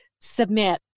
submit